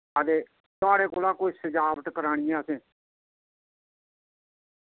ते थुआढ़े कोला कोई सजावट करानी ऐ असें